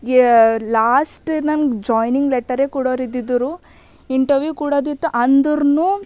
ಯ ಲಾಶ್ಟ್ ನನ್ಗೆ ಜಾಯ್ನಿಂಗ್ ಲೆಟರೇ ಕೊಡೊರಿದ್ದಿದ್ದರು ಇಂಟರ್ವ್ಯೂ ಕೊಡದಿತ್ತು ಅಂದುರ್ನೂ